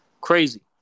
crazy